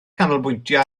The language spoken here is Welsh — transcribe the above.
canolbwyntio